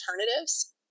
alternatives